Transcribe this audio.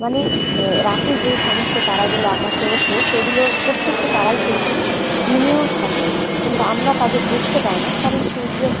মানে রাতে যে সমস্ত তারাগুলো আকাশে ওঠে সেগুলো প্রত্যেকটা তারাই কিন্তু দিনেও থাকে কিন্তু আমরা তাদের দেখতে পাই না কারণ সূর্যের